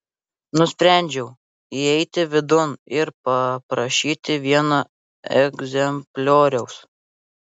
nusprendžiau įeiti vidun ir paprašyti vieno egzemplioriaus